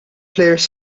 plejers